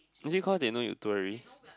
is it cause they know you're tourist